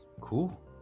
cool